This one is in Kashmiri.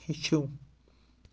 ہیٚچھِو